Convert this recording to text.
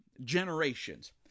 generations